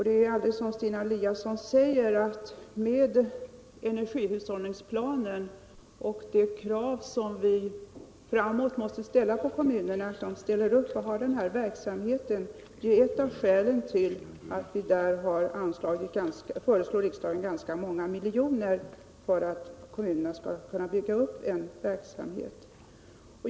Det är, som Stina Eliasson säger, så att energihushållningsplanen och de krav som vi fortsättningsvis måste ställa på kommunerna att upprätthålla verksamhet på det området är några av skälen till att vi föreslår att riksdagen skall anslå ganska många miljoner till kommunerna för denna verksamhets uppbyggnad.